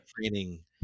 training